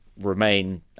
remain